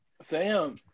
Sam